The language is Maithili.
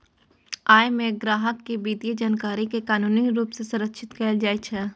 अय मे ग्राहक के वित्तीय जानकारी कें कानूनी रूप सं संरक्षित कैल जाइ छै